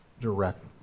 direct